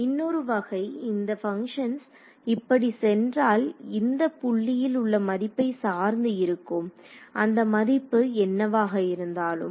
இன்னொரு வகை இந்த பங்க்ஷன்ஸ் இப்படி சென்றால் இந்த புள்ளியில் உள்ள மதிப்பை சார்ந்து இருக்கும் அந்த மதிப்பு என்னவாக இருந்தாலும்